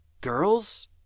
Girls